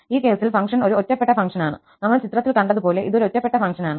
ഈ കേസിൽ ഫംഗ്ഷൻ ഒരു ഒറ്റപ്പെട്ട ഫംഗ്ഷനാണ് നമ്മൾ ചിത്രത്തിൽ കണ്ടതുപോലെ ഇത് ഒരു ഒറ്റപ്പെട്ട ഫംഗ്ഷനാണ്